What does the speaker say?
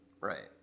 Right